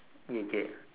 eh okay